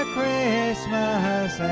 Christmas